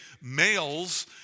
males